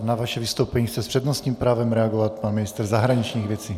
Na vaše vystoupení chce s přednostním právem reagovat pan ministr zahraničních věcí.